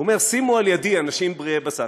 הוא אומר: שימו על ידי אנשים בריאי בשר,